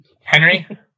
Henry